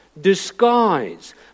Disguise